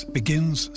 begins